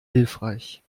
hilfreich